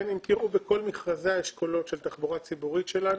אם תראו בכל מכרזי האשכולות של תחבורה ציבורית שלנו,